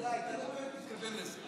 לא, די, אתה לא באמת מתכוון לזה.